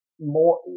more